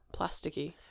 plasticky